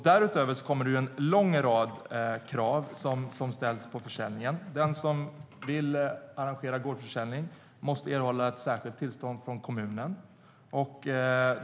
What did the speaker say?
Därutöver ställs en lång rad krav på försäljningen:Den som vill arrangera gårdsförsäljning måste erhålla särskilt tillstånd från kommunen.